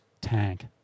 tank